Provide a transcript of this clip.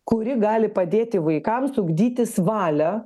kuri gali padėti vaikams ugdytis valią